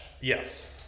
Yes